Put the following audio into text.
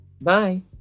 Bye